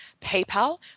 PayPal